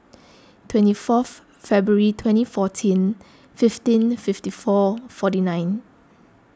twenty fourth February twenty fourteen fifteen fifty four forty nine